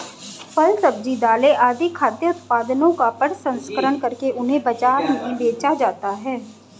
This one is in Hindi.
फल, सब्जी, दालें आदि खाद्य उत्पादनों का प्रसंस्करण करके उन्हें बाजार में बेचा जाता है